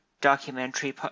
documentary